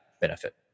benefit